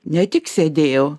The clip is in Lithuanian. ne tik sėdėjau